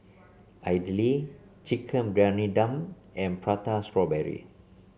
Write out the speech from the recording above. idly Chicken Briyani Dum and Prata Strawberry